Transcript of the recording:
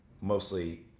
mostly